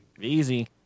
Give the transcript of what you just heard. Easy